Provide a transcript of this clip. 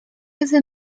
ese